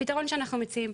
לפתרון שאנחנו מציעים.